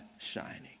shining